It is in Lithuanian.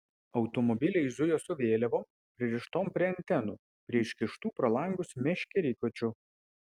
automobiliai zujo su vėliavom pririštom prie antenų prie iškištų pro langus meškerykočių